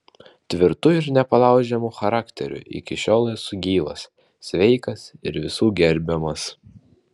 tvirtu ir nepalaužiamu charakteriu iki šiol esu gyvas sveikas ir visų gerbiamas